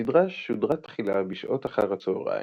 הסדרה שודרה תחילה בשעות אחר הצהריים,